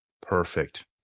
Perfect